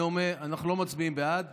תצביע בעד.